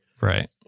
Right